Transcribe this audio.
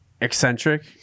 eccentric